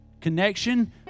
connection